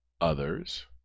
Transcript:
others